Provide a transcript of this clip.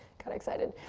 got excited.